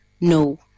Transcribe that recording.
no